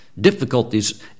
difficulties